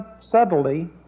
subtly